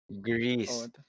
Greece